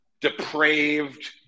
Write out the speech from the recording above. depraved